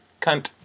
cunt